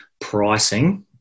pricing